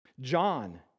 John